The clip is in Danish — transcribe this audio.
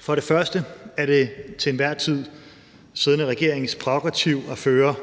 For det første er det den til enhver tid siddende regerings prærogativ at føre